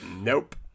Nope